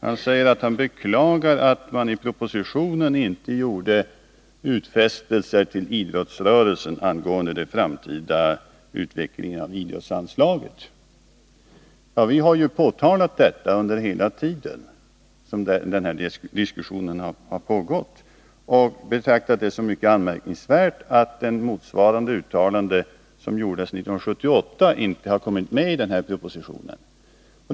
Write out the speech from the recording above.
Han säger att han beklagar att man i propositionen inte gjort utfästelser till idrottsrörelsen angående den framtida utvecklingen av idrottsanslaget. Vi har ju påtalat detta under hela den tid som diskussionen förts, och vi har betraktat det som mycket anmärkningsvärt att ett uttalande, motsvarande det som gjordes 1978, inte har kommit med i propositionen.